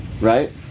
Right